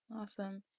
Awesome